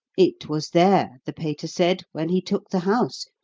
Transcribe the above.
it was there, the pater said, when he took the house,